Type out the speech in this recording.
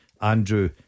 Andrew